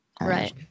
right